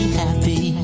happy